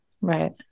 right